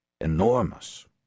enormous